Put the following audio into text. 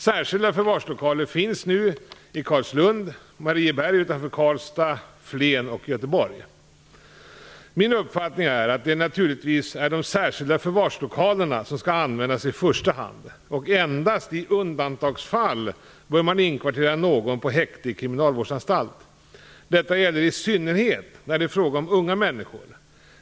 Särskilda förvarslokaler finns nu i Carlslund, Min uppfattning är att det naturligtvis är de särskilda förvarslokalerna som skall användas i första hand, och endast i undantagsfall bör man inkvartera någon på häkte eller i kriminalvårdsanstalt. Detta gäller i synnerhet när det är fråga om unga människor.